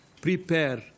prepare